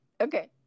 Okay